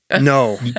no